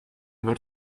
were